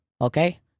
okay